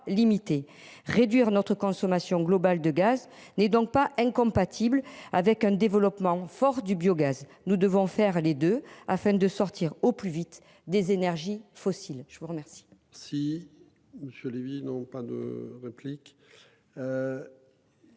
réduire notre consommation globale de gaz n'est donc pas incompatibles avec un développement fort du biogaz. Nous devons faire les 2 afin de sortir au plus vite des énergies fossiles. Je vous remercie.